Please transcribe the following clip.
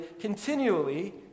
continually